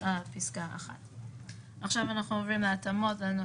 ואנחנו נעקוב אחרי העניין